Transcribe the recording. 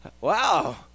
Wow